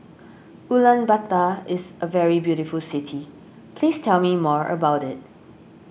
Ulaanbaatar is a very beautiful city please tell me more about it